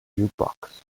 jukebox